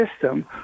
system